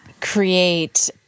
create